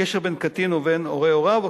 (קשר בין קטין ובין הורי הוריו),